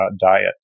diet